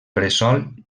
bressol